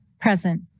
Present